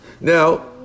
Now